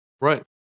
Right